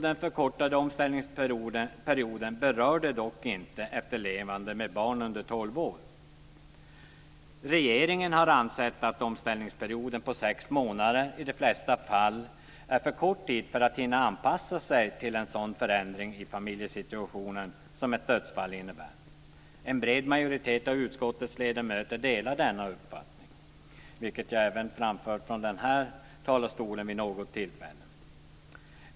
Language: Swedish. Den förkortade omställningsperioden berörde dock inte efterlevande med barn under 12 år. Regeringen har ansett att omställningsperioden på sex månader i de flesta fall är för kort tid för att hinna anpassa sig till en sådan förändring av familjesituationen som ett dödsfall innebär. En bred majoritet av utskottets ledamöter delar denna uppfattning - vilket jag har framfört från denna talarstol.